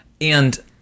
and-